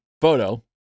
photo